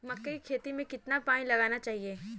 मक्के की खेती में कितना पानी लगाना चाहिए?